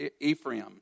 Ephraim